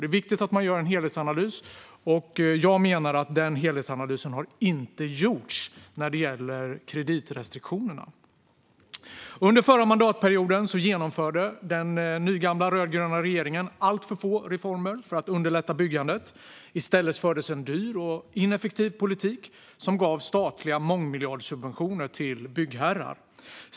Det är därför viktigt att göra en helhetsanalys, och jag menar att detta inte har gjorts när det gäller kreditrestriktionerna. Under den förra mandatperioden genomförde den nygamla rödgröna regeringen alltför få reformer för att underlätta byggandet. I stället fördes en dyr och ineffektiv politik som gav statliga mångmiljardsubventioner till byggherrar.